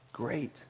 Great